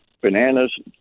Bananas